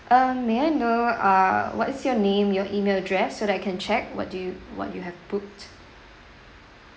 um may I know uh what's your name your email address so that I can check what do what you have booked